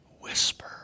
whisper